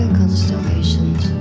constellations